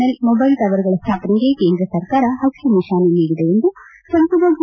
L mobile ಟವರ್ಗಳ ಸ್ಡಾಪನೆಗೆ ಕೇಂದ್ರ ಸರ್ಕಾರ ಹಸಿರು ನಿಶಾನೆ ನೀಡಿದೆ ಎಂದು ಸಂಸದ ಜಿ